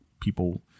people